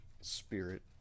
spirit